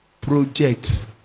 projects